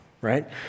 right